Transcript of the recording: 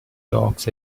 dogs